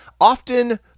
often